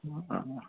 हॅं